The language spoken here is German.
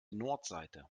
nordseite